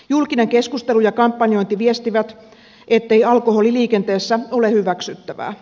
julkinen keskustelu ja kampanjointi viestivät ettei alkoholi liikenteessä ole hyväksyttävää